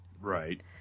Right